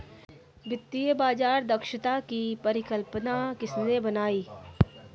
वित्तीय बाजार दक्षता की परिकल्पना किसने बनाई?